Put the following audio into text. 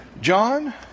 John